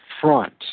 front